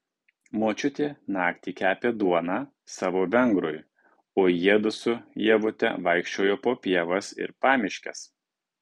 močiutė naktį kepė duoną savo vengrui o jiedu su ievute vaikščiojo po pievas ir pamiškes